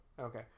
Okay